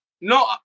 No